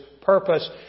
purpose